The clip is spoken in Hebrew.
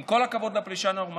עם כל הכבוד לפרישה לנורמנדי.